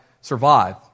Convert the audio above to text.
survive